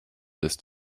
ist